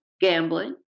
gambling